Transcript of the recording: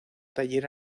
taller